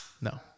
No